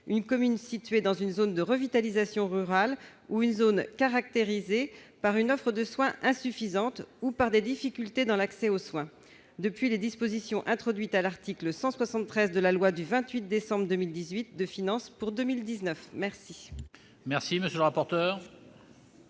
une commune située dans une zone de revitalisation rurale ou une zone caractérisée par une offre de soins insuffisante ou par des difficultés dans l'accès aux soins, depuis les dispositions introduites à l'article 173 de la loi du 28 décembre 2018 de finances pour 2019. Quel